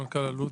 מנכ"ל אלו"ט.